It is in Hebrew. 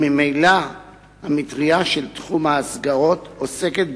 וממילא המטרייה של תחום ההסגרות עוסקת